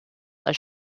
als